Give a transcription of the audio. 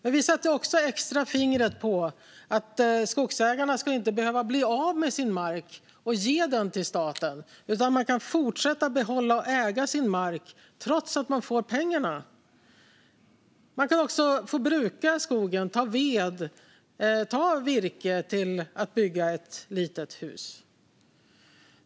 Men vi sätter också fingret extra på att skogsägarna inte ska behöva bli av med sin mark och ge den till staten utan att de ska kunna fortsätta att behålla och äga sin mark trots att de får pengarna. De kan också få bruka skogen, ta ved och ta virke för att bygga ett litet hus.